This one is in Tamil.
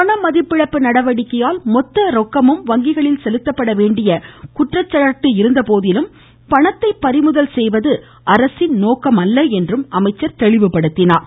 பணமதிப்பிழப்பு நடவடிக்கையால் மொத்த பணமும் வங்கிகளில் செலுத்தப்பட வேண்டிய குற்றச்சாட்டு இருந்தபோதிலும் பணத்தை பறிமுதல் செய்வது அரசின் நோக்கமல்ல என்றும் அமைச்சர் தெளிவுபடுத்தினார்